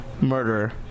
murderer